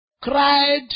cried